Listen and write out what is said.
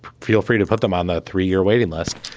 feel free to put them on that three year waiting list.